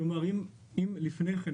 כלומר אם לפני כן,